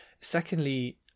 secondly